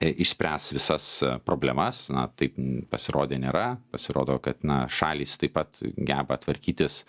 išspręs visas problemas na taip pasirodė nėra pasirodo kad na šalys taip pat geba tvarkytis